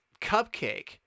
cupcake